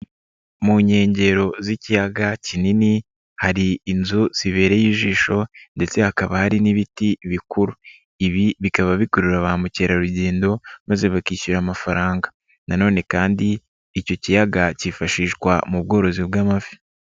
Mu nkengero z'ikiyaga kinini hari inzu zibereye ijisho ndetse hakaba hari n'ibiti bikuru, ibi bikaba bikurura ba mukerarugendo maze bakishyura amafaranga nanone kandi icyo kiyaga kifashishwa mu bworozi bw'amafi.